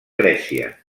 grècia